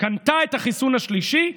קנתה את החיסון השלישי.